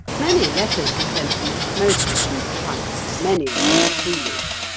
many letters were sent to me most of them trite, many of them foolish.